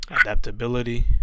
adaptability